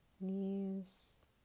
knees